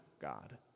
God